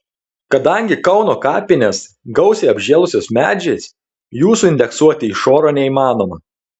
kadangi kauno kapinės gausiai apžėlusios medžiais jų suindeksuoti iš oro neįmanoma